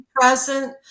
present